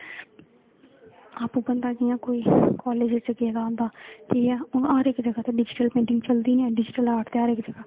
ओह् बंदा जियां कोई काॅलेज गेदा होंदा ठीक ऐ हून हर इक जगह ते डिजीटल मिटिंग चलदी ऐ डिजीटल आर्ट